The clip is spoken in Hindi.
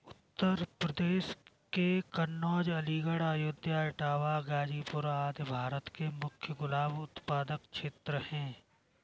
उत्तर प्रदेश के कन्नोज, अलीगढ़, अयोध्या, इटावा, गाजीपुर आदि भारत के मुख्य गुलाब उत्पादक क्षेत्र हैं